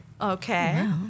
Okay